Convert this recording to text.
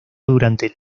durante